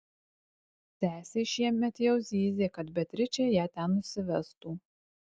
sesė šiemet jau zyzė kad beatričė ją ten nusivestų